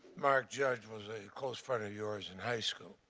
mark judge was a close friend of years in high school.